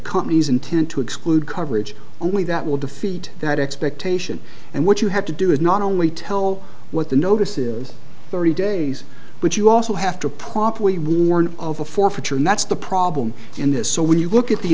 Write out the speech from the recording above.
company's intent to exclude coverage only that will defeat that expectation and what you have to do is not only tell what the notice is thirty days but you also have to properly warn of a forfeiture and that's the problem in this so when you look at the